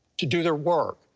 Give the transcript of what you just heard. to do their work,